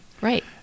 Right